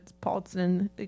Paulson